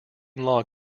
log